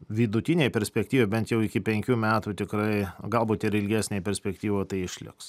vidutinėj perspektyvoj bent jau iki penkių metų tikrai galbūt ir ilgesnėj perspektyvoj tai išliks